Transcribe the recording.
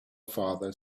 father